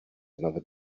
another